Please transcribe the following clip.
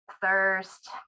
thirst